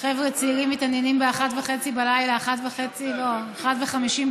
שחבר'ה צעירים מתעניינים ב-01:50, בלילה,